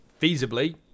feasibly